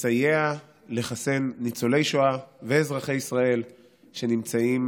תסייע לחסן ניצולי שואה ואזרחי ישראל שנמצאים